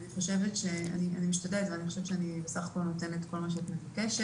אני חושבת שאני נותנת את כל מה שאת מבקשת.